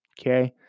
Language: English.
Okay